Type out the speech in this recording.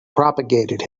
propagated